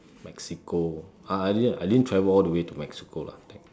Mexico I I didn't I didn't travel all the way to Mexico lah